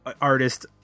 artist